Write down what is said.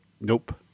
nope